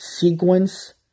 sequence